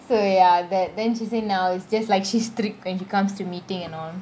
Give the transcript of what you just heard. so ya that then she say now it's just like she's strict when it comes to meeting and all